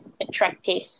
attractive